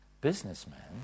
businessman